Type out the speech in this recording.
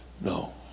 no